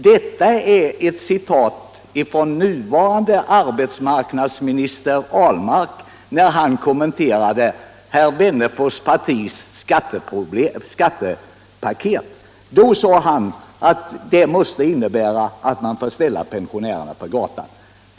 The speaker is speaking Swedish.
Detta är ju ett citat ifrån nuvarande arbetsmarknadsminister Ahlmark, när han kommenterade herr Wennerfors partis skattepaket. Då sade han att det måste innebära att man ställer pensionärerna på gatan.